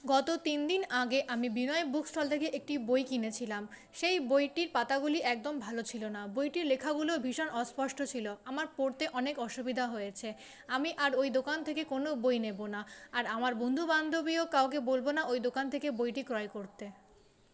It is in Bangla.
গত তিনদিন আগে আমি বিনয় বুকস্টল থেকে একটি বই কিনেছিলাম সেই বইটির পাতাগুলি একদম ভালো ছিলো না বইটির লেখাগুলো ভীষণ অস্পষ্ট ছিলো আমার পড়তে অনেক অসুবিধা হয়েছে আমি আর ওই দোকান থেকে কোনো বই নেব না আর আমার বন্ধুবান্ধবীও কাউকে বলব না ওই দোকান থেকে বইটি ক্রয় করতে